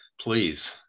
Please